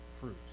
fruit